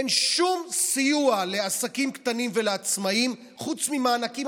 אין שום סיוע לעסקים קטנים ולעצמאים חוץ ממענקים,